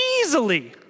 easily